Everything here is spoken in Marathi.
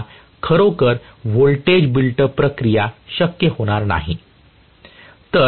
मला खरोखर व्होल्टेज बिल्ड अप प्रक्रिया शक्य होणार नाही